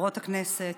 חברות הכנסת,